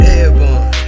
Airborne